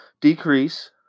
decrease